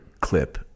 clip